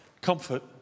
comfort